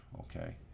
okay